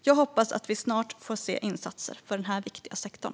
Jag hoppas att vi snart får se insatser för den här viktiga sektorn.